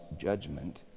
judgment